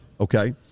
okay